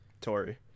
Tory